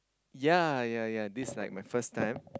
yea yea yea this like my first time